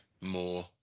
more